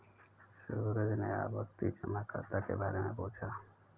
सूरज ने आवर्ती जमा खाता के बारे में पूछा